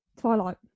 Twilight